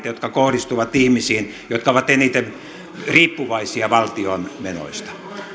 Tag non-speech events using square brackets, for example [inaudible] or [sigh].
[unintelligible] jotka kohdistuvat ihmisiin jotka ovat eniten riippuvaisia valtion menoista